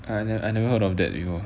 I never I never heard of that before